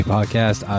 Podcast